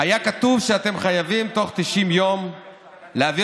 היה כתוב שאתם חייבים בתוך 90 יום להעביר